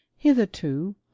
hitherto